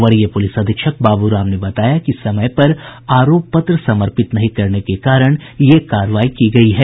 वरीय पुलिस अधीक्षक बाबूराम ने बताया कि समय पर आरोप पत्र समर्पित नहीं करने के कारण यह कार्रवाई की गयी है